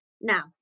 Now